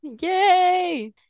Yay